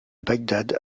bagdad